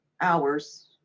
hours